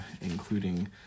including